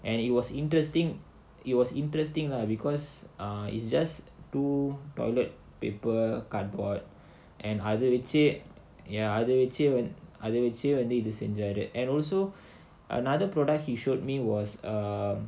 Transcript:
and it was interesting it was interesting lah because ah it's just two toilet paper cardboard and அது வச்சி அது வச்சி இந்த இது செஞ்சாரு:adhu vachi adhu vachi indha idhu senjaaru and also another product he showed me was um